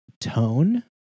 tone